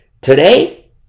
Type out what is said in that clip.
Today